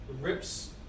Rips